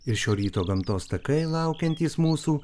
ir šio ryto gamtos takai laukiantys mūsų